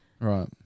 Right